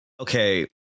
Okay